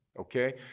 okay